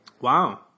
Wow